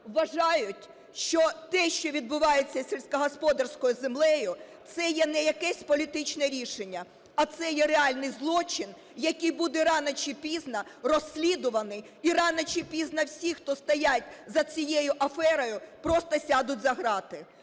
вважають, що те, що відбувається з сільськогосподарською землею, це є не якесь політичне рішення, а це є реальний злочин, який буде рано чи пізно розслідуваний, і рано чи пізно всі, хто стоять за цією аферою, просто сядуть за ґрати.